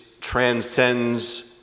transcends